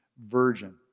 virgin